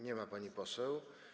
Nie ma pani poseł.